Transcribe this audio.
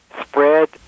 spread